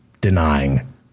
denying